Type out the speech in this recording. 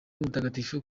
mutagatifu